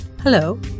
Hello